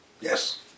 Yes